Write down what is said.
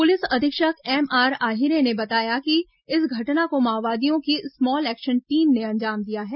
police अधीक्षक MR Ahire ने बताया कि इस घटना को माओवादियों की स्मॉल एक्शन टीम ने अंजाम दिया है